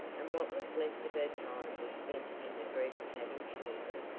and what was left of her time was spent in the dread of having children.